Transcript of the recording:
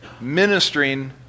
ministering